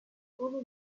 studi